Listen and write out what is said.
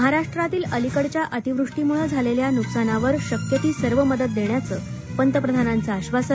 महाराष्ट्रातील अलिकडच्या अतिवृष्टीमुळं झालेल्या नुकसानावर शक्य ती सर्व मदत देण्याचं पंतप्रधानांचं आक्षासन